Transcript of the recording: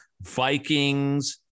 Vikings